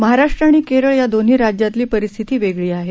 महाराष्ट्र आणि केरळ या दोन्ही राज्यातली परिस्थिती वेगळी आहे